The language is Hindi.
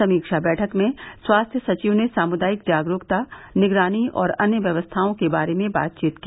समीक्षा बैठक में स्वास्थ्य सचिव ने सामुदायिक जागरूकता निगरानी और अन्य व्यवस्थाओं के बारे में बातचीत की